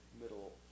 Middle